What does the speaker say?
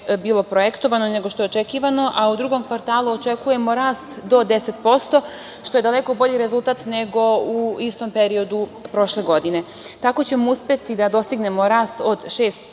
bilo projektovano, nego što je očekivano, a u drugom kvartalu očekujemo rast do 10%, što je daleko bolji rezultat nego u istom periodu prošle godine. Tako ćemo uspeti da dostignemo rast od 6%,